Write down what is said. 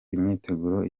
imyiteguro